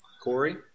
Corey